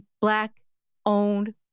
Black-owned